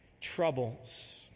troubles